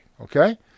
okay